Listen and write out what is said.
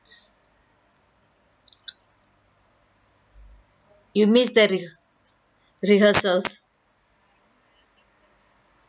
you miss the reh~ rehearsals